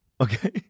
Okay